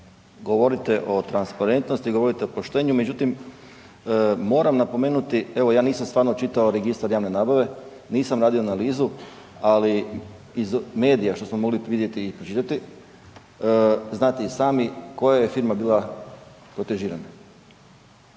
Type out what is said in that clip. Govorite o transparentnosti, govorite o poštenju, međutim, moramo napomenuti evo ja nisam stvarno čitao registar javne nabave. Nisam radio analizu, ali iz medija što smo mogli vidjeti i čuti, znate i sami koja je firma bila .../Govornik